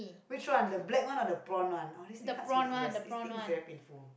which one the black one or the blonde one I only cut my ear this thing very painful